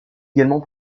également